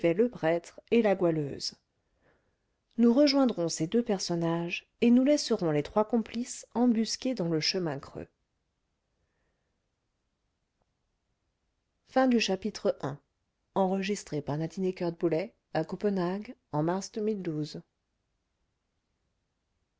le prêtre et la goualeuse nous rejoindrons ces deux personnages et nous laisserons les trois complices embusqués dans le chemin creux